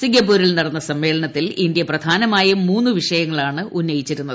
സിംഗപ്പൂരിൽ നടന്ന സമ്മേളനത്തിൽ ഇന്ത്യ പ്രധാനമായും മൂന്നു വിഷയങ്ങളാണ് ഉന്നയിച്ചിരുന്നത്